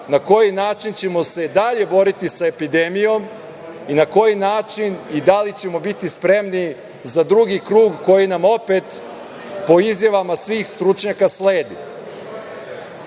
na koji način ćemo se dalje boriti sa epidemijom i na koji način i da li ćemo biti spremni za drugi krug, koji nam opet, po izjavama svih stručnjaka, sledi. Želim